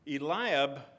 Eliab